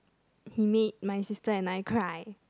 he made my sister and I cry